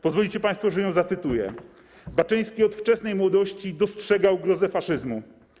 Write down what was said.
Pozwolicie państwo, że ją zacytuję: Baczyński od wczesnej młodości dostrzegał grozę faszyzmu.